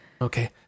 Okay